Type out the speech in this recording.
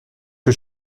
que